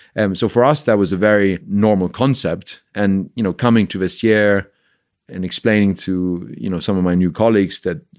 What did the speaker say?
and so for us, that was a very normal concept. and, you know, coming to this year and explaining to, you know, some of my new colleagues that,